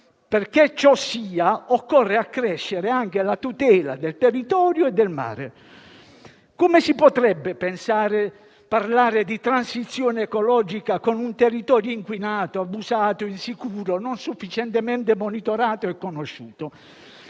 Perché ciò sia, occorre accrescere anche la tutela del territorio e del mare. Come si potrebbe parlare di transizione ecologica con un territorio inquinato, abusato, insicuro, non sufficientemente monitorato e conosciuto?